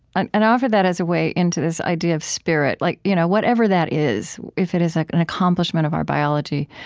and offered that as a way into this idea of spirit, like you know whatever that is, if it is like an accomplishment of our biology.